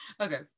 okay